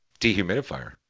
dehumidifier